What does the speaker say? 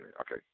Okay